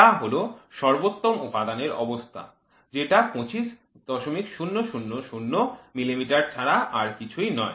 যা হল সর্বোত্তম উপাদানের অবস্থা যেটা ২৫০০০ মিলিমিটার ছাড়া আর কিছুই নয়